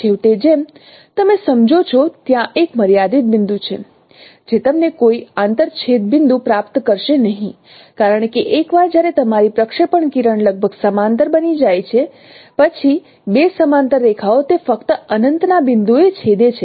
છેવટે જેમ તમે સમજો છો ત્યાં એક મર્યાદિત બિંદુ છે જે તમને કોઈ આંતર છેદ બિંદુ પ્રાપ્ત કરશે નહીં કારણ કે એકવાર જ્યારે તમારી પ્રક્ષેપણ કિરણ લગભગ સમાંતર બની જાય છે પછી બે સમાંતર રેખાઓ તે ફક્ત અનંતના બિંદુએ છેદે છે